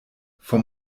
vom